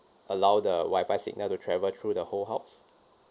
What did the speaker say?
allow the wi-fi signal to travel through the whole house